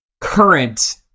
current